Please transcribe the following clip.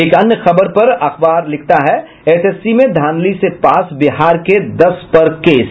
एक अन्य खबर पर अखबार लिखता है एसएससी में धांधली से पास बिहार के दस पर केस